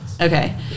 Okay